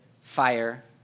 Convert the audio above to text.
fire